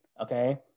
Okay